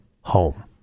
home